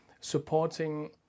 supporting